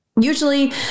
usually